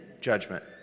judgment